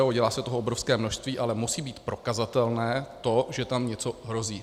Dělá se toho obrovské množství, ale musí být prokazatelné to, že tam něco hrozí.